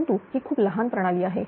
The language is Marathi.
परंतु हि खूप लहान प्रणाली आहे